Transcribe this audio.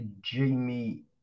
Jamie